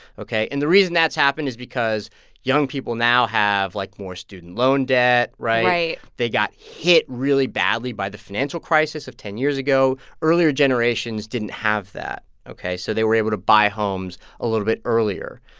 ok? and the reason that's happened is because young people now have, like, more student loan debt, right? right they got hit really badly by the financial crisis of ten years ago. earlier generations didn't have that, ok? so they were able to buy homes a little bit earlier,